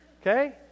okay